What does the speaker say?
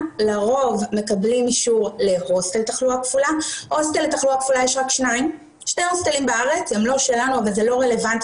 אישור להוסטל שנקרא דירה קבוצתית אבל זה לא מספיק